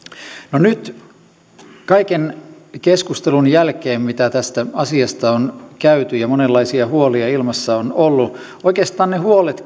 no nyt kaiken keskustelun jälkeen mitä tästä asiasta on käyty ja monenlaisia huolia ilmassa on ollut oikeastaan ne huolet